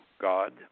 God